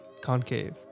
concave